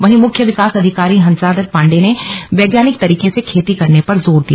वहीं मुख्य विकास अधिकारी हंसादत्त पाण्डे ने वैज्ञानिक तरीके से खेती करने पर जोर दिया